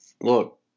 look